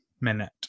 minute